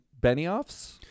Benioffs